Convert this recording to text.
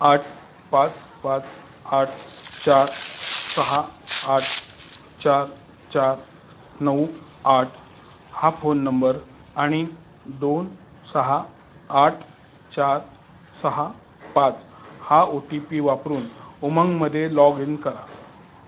आठ पाच पाच आठ चार सहा आठ चार चार नऊ आठ हा फोन नंबर आणि दोन सहा आठ चार सहा पाच हा ओ टी पी वापरून उमंगमध्ये लॉग इन करा